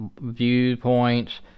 viewpoints